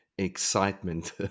excitement